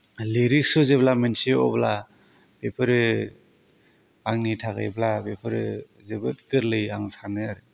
लिरिसखौ जेब्ला मिन्थियो अब्ला बेफोरो आंनि थाखायब्ला बेफोरो जोबोद गोरलै आं सानो